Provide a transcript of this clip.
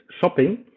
shopping